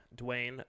Dwayne